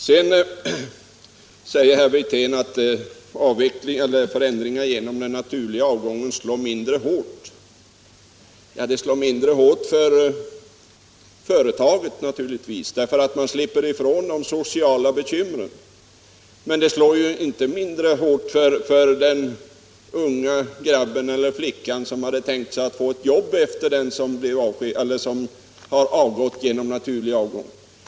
Sedan säger herr Wirtén att förändringar genom den naturliga avgången slår mindre hårt. Ja, de slår mindre hårt för företaget naturligtvis, därför att man slipper ifrån de sociala bekymren. Men de slår ju inte mindre hårt för den unga grabben eller flickan som hade tänkt att få ett jobb efter den som har slutat genom naturlig avgång.